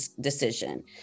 decision